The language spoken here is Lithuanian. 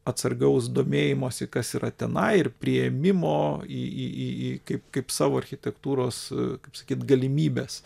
atsargaus domėjimosi kas yra tenai ir priėmimo į į į kaip kaip savo architektūros kaip sakyt galimybes